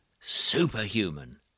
superhuman